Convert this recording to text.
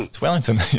Wellington